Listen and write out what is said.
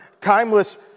timeless